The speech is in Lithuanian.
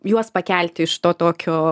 juos pakelti iš to tokio